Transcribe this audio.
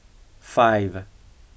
five